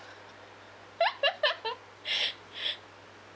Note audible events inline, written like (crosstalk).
(laughs)